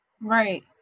Right